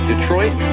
Detroit